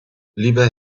lieber